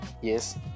Yes